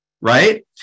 right